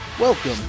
Welcome